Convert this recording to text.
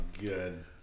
good